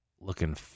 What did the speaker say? looking